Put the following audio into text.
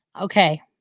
Okay